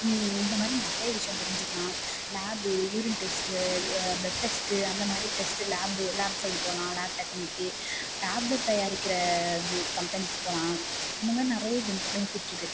இந்த மாதிரி நிறைய விஷயம் தெரிஞ்சுக்கலாம் lab urine test blood test அந்த மாதிரி டெஸ்ட்டு லேபு லேப் சைடு போகலாம் லேப் டெக்னிக்கு டேப்லெட் தயாரிக்கிற இது கம்பெனிக்கு போலாம் இந்த மாதிரி நிறைய பெனிஃபிட் இருக்கு